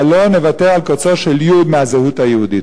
אבל לא נוותר על קוצו של יו"ד מהזהות היהודית.